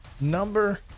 Number